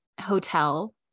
hotel